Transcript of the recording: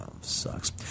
Sucks